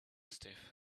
stiff